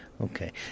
Okay